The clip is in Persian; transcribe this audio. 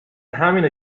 همینه